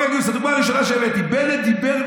הדוגמה הראשונה שהבאתי.